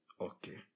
Okay